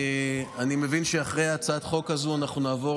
אני מבין שאחרי הצעת חוק הזאת אנחנו נעבור